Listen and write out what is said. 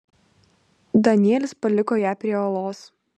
danielis paliko ją prie uolos